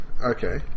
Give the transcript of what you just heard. Okay